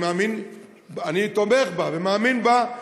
שאני תומך בה ומאמין בה,